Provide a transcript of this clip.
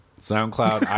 SoundCloud